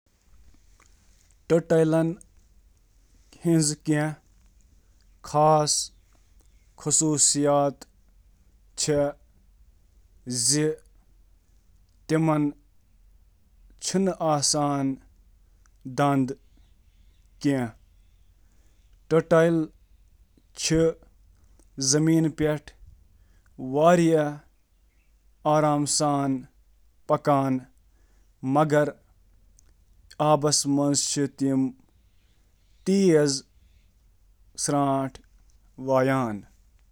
کچھوٕ چھِ رینگنہٕ یِنہٕ وٲلۍ جانور، ییٚمیُک مطلب چُھ زِ تِم چِھ سرد خونہٕ وٲلۍ، ریڑھ ہٕنٛز أڑجہِ آسان، ہوہس منٛز شاہ نِوان تہٕ ٹھوٗل دِوان۔